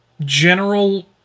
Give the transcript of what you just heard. general